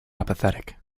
apathetic